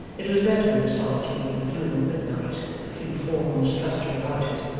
it was better in the solitude and gloom of midnight with a few forms clustering about it,